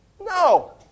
No